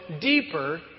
deeper